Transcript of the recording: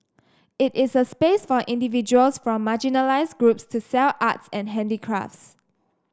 it is a space for individuals from marginalised groups to sell arts and handicrafts